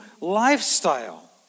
lifestyle